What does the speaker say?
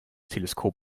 teleskop